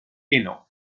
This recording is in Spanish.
eno